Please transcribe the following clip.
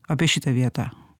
apie šitą vietą